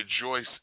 rejoice